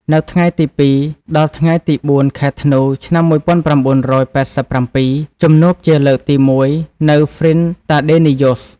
នៅថ្ងៃទី០២ ដល់ថ្ងៃទី០៤ ខែធ្នូ ឆ្នាំ១៩៨៧ ជំនួបជាលើកទី១ នៅ ហ្វ្រីន-តាដេនីយ៉ូស ។